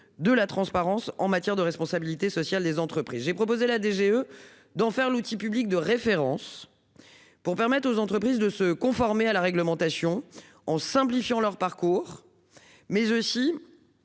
de la transparence en matière de responsabilité sociale des entreprises, j'ai proposé la DGE d'en faire l'outil public de référence. Pour permettre aux entreprises de se conformer à la réglementation en simplifiant leur parcours mais aussi.